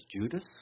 Judas